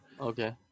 Okay